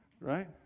right